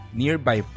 nearby